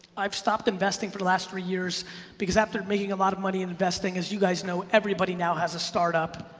i've stopped investing for the last three years because after making a lot of money in investing and as you guys know, everybody now has a start up.